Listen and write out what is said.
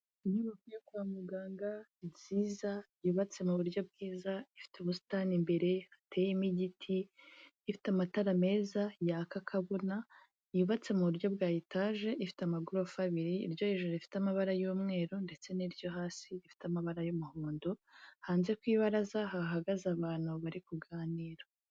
Inyubako yo kwa muganga nziza yubatse mu buryo bwiza, ifite ubusitani imbere hateyemo igiti, ifite amatara meza yaka akabona, yubatse mu buryo bwa etage, ifite amagorofa abiri iryo joro rifite amabara y'umweru ndetse n'iryo hasi rifite amabara y'umuhondo. Hanze ku ibaraza hahagaze abantu bari kuganira.